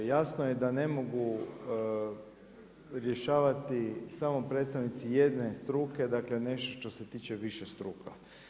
Jasno je da ne mogu rješavati samo predstavnici jedne struke dakle nešto što se tiče više struka.